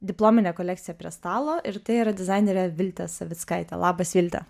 diplominę kolekciją prie stalo ir tai yra dizainerė viltė savickaitė labas vilte